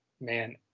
man